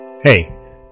Hey